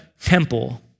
temple